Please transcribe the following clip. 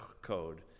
code